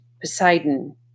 Poseidon